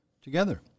Together